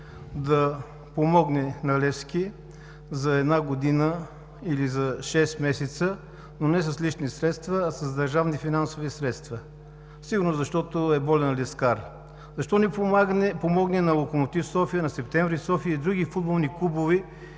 да помогне на „Левски“ за една година или за шест месеца, но не с лични средства, а с държавни финансови средства, сигурно защото е болен левскар. Защо не помогне на „Локомотив – София“, на „Септември – София“ и други футболни клубове,